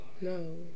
No